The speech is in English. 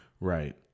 Right